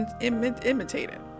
imitated